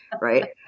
Right